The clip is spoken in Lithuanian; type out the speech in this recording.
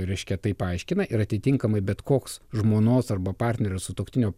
reiškia taip aiškina ir atitinkamai bet koks žmonos arba partnerio sutuoktinio